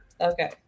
Okay